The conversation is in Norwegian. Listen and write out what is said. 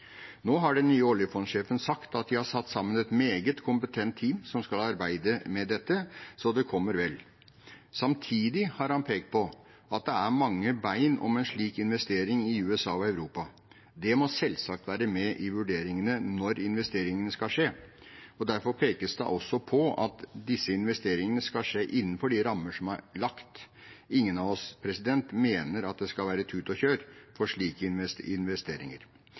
Nå har den nye oljefondsjefen sagt at de har satt sammen et meget kompetent team som skal arbeide med dette, så det kommer vel. Samtidig har han pekt på at det er mange om beinet om slike investeringer i USA og Europa. Det må selvsagt være med i vurderingen når investeringene skal skje. Derfor pekes det også på at disse investeringene skal skje innenfor de rammer som er lagt. Ingen av oss mener det skal være «tut og kjør» for slike investeringer.